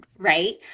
right